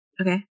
okay